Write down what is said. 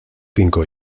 cinco